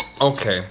Okay